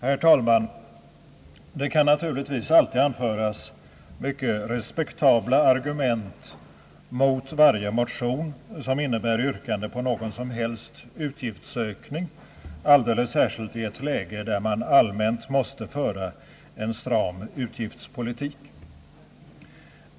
Herr talman! Det kan naturligtvis alltid anföras mycket respektabla argument mot varje motion som innebär yrkande om en utgiftsökning, framför allt i ett läge där man allmänt måste föra en stram utgiftspolitik.